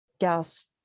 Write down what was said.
gas